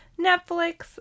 Netflix